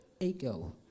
ago